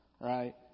right